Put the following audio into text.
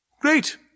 Great